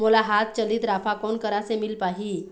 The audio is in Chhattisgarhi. मोला हाथ चलित राफा कोन करा ले मिल पाही?